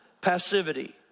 passivity